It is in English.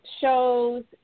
shows